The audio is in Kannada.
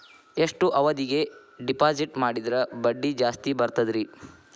ಎಷ್ಟು ಅವಧಿಗೆ ಡಿಪಾಜಿಟ್ ಮಾಡಿದ್ರ ಬಡ್ಡಿ ಜಾಸ್ತಿ ಬರ್ತದ್ರಿ?